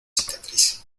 cicatriz